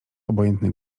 obojętny